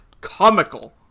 comical